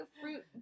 fruit